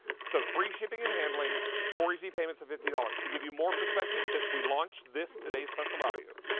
so free shipping and handling, four easy payments of fifty dollars to give you more perspective, since we launched this today's special value,